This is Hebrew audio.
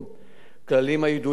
כללים הידועים לו היטב.